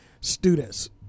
students